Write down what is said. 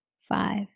five